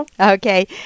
Okay